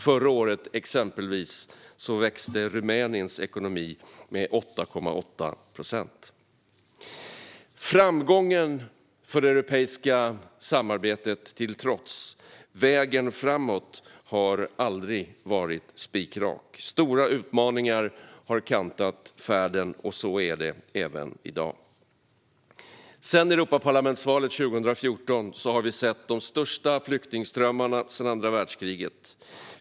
Förra året växte exempelvis Rumäniens ekonomi med 8,8 procent. Framgången för det europeiska samarbetet till trots har vägen framåt aldrig varit spikrak. Stora utmaningar har kantat färden, och så är det även i dag. Sedan Europaparlamentsvalet 2014 har vi sett de största flyktingströmmarna sedan andra världskriget.